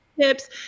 tips